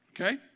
Okay